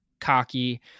cocky